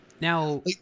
Now